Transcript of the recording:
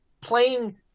playing